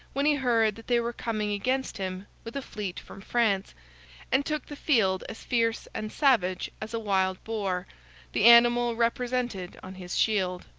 when he heard that they were coming against him with a fleet from france and took the field as fierce and savage as a wild boar the animal represented on his shield.